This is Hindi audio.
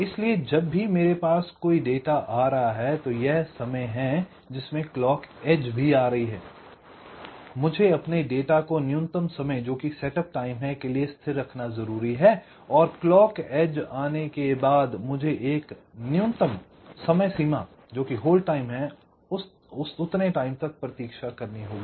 इसलिए जब भी मेरे पास कोई डेटा आ रहा है तो यह समय है जिसमे क्लॉक एज भी आ रही है I मुझे अपने डाटा को न्यूनतम समय जोकि सेटअप टाइम है के लिए स्थिर रखना जरूरी है और और क्लॉक एज आने के बाद मुझे एक न्यूनतम समय सीमा जोकि होल्ड टाइम है तक प्रतीक्षा करनी होगी